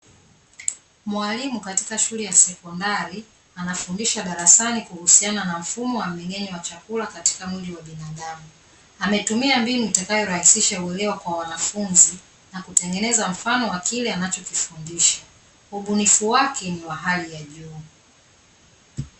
Mwalimu katika shule ya sekondari, anafundisha darasani kuhusiana na mfumo wa mmeng'enyo wa chakula katika mwili wa binadamu. Ametumia mbinu itakayo rahisisha uelewa kwa wanafunzi, na kutengeneza mfano wa kile anachokifundisha. Ubunifu wake ni wa hali ya juu.